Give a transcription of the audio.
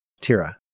Tira